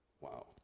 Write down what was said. Wow